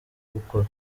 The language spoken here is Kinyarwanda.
gukora